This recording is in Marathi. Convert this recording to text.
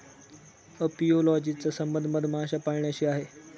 अपियोलॉजी चा संबंध मधमाशा पाळण्याशी आहे